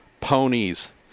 ponies